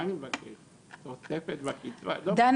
מה אני מבקש, תוספת בקצבה?